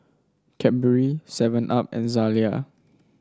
Cadbury Seven Up and Zalia